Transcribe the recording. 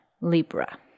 Libra